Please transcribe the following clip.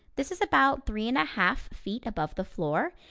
this is about three and a half feet above the floor,